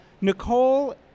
Nicole